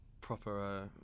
proper